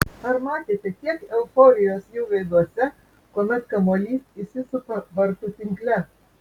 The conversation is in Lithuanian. ar matėte kiek euforijos jų veiduose kuomet kamuolys įsisupa vartų tinkle